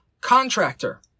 contractor